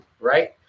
right